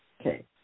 Okay